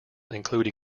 include